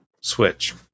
Switch